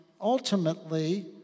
ultimately